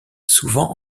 souvent